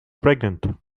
pregnant